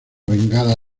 bengala